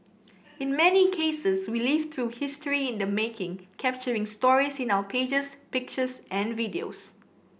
in many cases we live through history in the making capturing stories in our pages pictures and videos